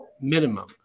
minimum